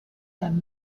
l’âme